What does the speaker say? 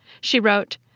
she wrote,